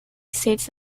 states